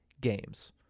games